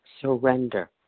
surrender